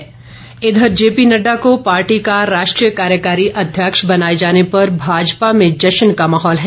शुभकामनाएं इधर जेपी नड़डा को पार्टी का राष्ट्रीय कार्यकारी अध्यक्ष बनाए जाने पर भाजपा में जश्न का माहौल है